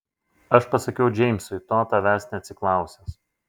aš pasakiau džeimsui to tavęs neatsiklausęs